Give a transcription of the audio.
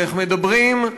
ואיך מדברים,